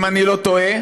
אם אני לא טועה,